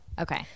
Okay